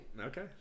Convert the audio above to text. Okay